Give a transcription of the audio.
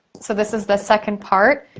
so this is the second part.